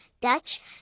Dutch